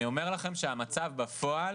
אני אומר לכם שהמצב בפועל,